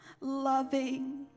loving